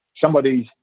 Somebody's